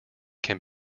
can